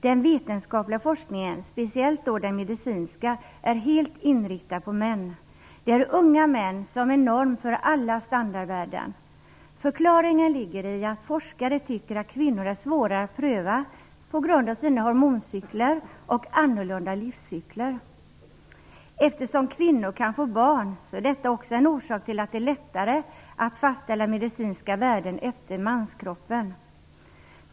Den vetenskapliga forskningen, speciellt den medicinska, är helt inriktad på män. Det är unga män som är norm för alla standardvärden. Förklaringen ligger i att forskare tycker att kvinnor är svårare att pröva på grund av sina hormoncykler och annorlunda livscykler. Att kvinnor kan få barn är också en orsak till att det är lättare att fastställa medicinska värden efter manskroppen.